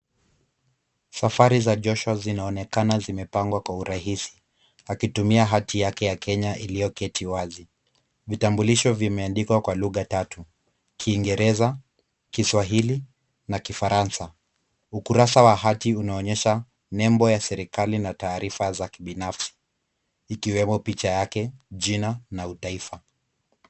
Safari za Joshua zinaonekana zimepangwa kwa urahisi akitumia hati yake ya Kenya iliyoketi wazi. Vitambulisho vimeandikwa kwa lugha tatu; Kingereza, Kiswahili na Kifaransa. Ukurasa wa hati unaonyesha nembo ya serikali na taarifa za kibinafsi ikiwemo picha yake, jina na utaifa.